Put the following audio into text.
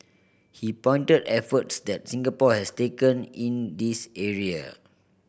he pointed efforts that Singapore has taken in this area